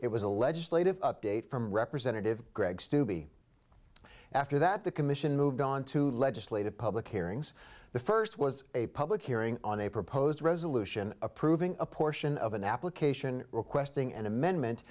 it was a legislative update from representative greg stube after that the commission moved on to legislative public hearings the first was a public hearing on a proposed resolution approving a portion of an application requesting an amendment